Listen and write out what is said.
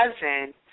cousin